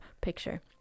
picture